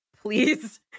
Please